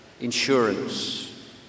insurance